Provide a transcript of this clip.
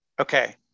Okay